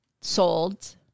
Sold